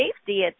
safety